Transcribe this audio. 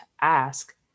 ask